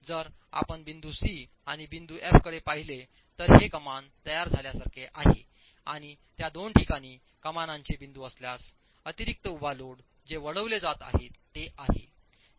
जर आपण बिंदू सी आणि बिंदू एफकडे पाहिले तर हे कमान तयार झाल्या सारखे आहे आणि त्या दोन ठिकाणी कमानाचे बिंदू असल्यास अतिरिक्त उभा लोड जे वळविले जात आहेत ते आहे